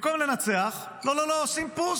במקום לנצח, לא, לא, לא, עושים פוס,